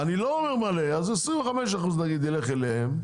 אני אומר מלא, אז 25% נגיד ילך אליהם,